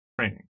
training